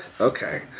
Okay